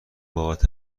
بابت